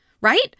right